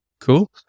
Cool